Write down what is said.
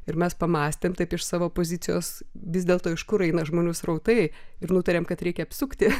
ir mes pamąstėm taip iš savo pozicijos vis dėlto iš kur eina žmonių srautai ir nutarėm kad reikia apsukti